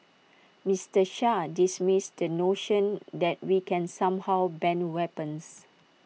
Mister Shah dismissed the notion that we can somehow ban weapons